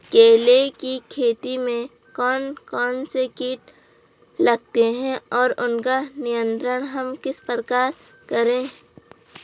केले की खेती में कौन कौन से कीट लगते हैं और उसका नियंत्रण हम किस प्रकार करें?